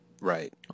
Right